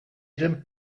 eren